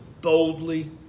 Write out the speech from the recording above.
boldly